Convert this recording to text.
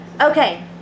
Okay